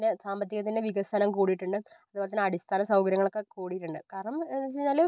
പിന്നെ സാമ്പത്തികത്തിൻ്റെ വികസനം കൂടിയിട്ടുണ്ട് അതുപോലെ തന്നെ അടിസ്ഥാന സൗകര്യങ്ങളൊക്കെ കൂടിയിട്ടുണ്ട് കാരണം എന്താ വെച്ചു കഴിഞ്ഞാല്